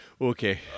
Okay